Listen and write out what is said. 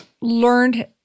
learned